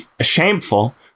shameful